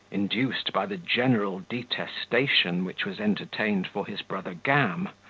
induced by the general detestation which was entertained for his brother gam,